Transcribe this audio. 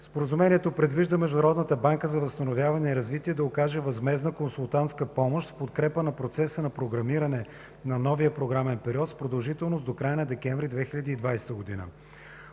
Споразумението предвижда Международната банка за възстановяване и развитие да окаже възмездна консултантска помощ в подкрепа на процеса на програмиране на новия програмен период с продължителност до края на месец декември 2020 г.